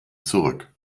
zurück